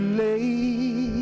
late